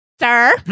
Sir